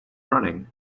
running